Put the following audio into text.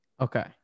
Okay